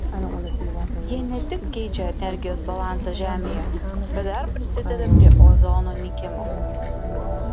jie ne tik keičia energijos balansą žemėje bet dar prisideda prie ozono nykimo